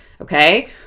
okay